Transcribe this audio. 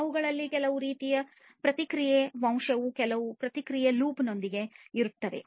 ಅವುಗಳಲ್ಲಿ ಕೆಲವು ರೀತಿಯ ಪ್ರತಿಕ್ರಿಯೆ ಅಂಶವು ಕೆಲವು ಪ್ರತಿಕ್ರಿಯೆ ಲೂಪ್ ನೊಂದಿಗೆ ಇರುತ್ತದೆ